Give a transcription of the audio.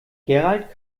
gerald